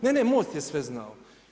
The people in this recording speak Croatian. Ne, ne, MOST je sve znao.